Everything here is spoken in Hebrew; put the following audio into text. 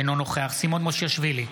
אינו נוכח סימון מושיאשוילי,